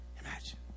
imagine